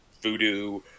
voodoo